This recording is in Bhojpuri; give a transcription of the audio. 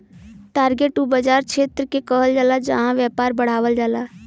टारगेट उ बाज़ार क्षेत्र के कहल जाला जहां व्यापार बढ़ावल जाला